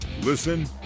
Listen